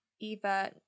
Eva